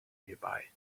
nearby